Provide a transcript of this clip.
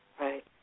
Right